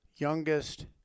Youngest